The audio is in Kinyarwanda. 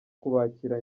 kubakira